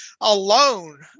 alone